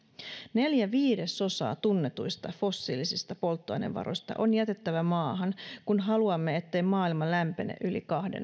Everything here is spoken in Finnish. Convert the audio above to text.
neljä viidesosaa tunnetuista fossiilista polttoainevaroista on jätettävä maahan kun haluamme ettei maailma lämpene yli kahta